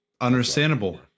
Understandable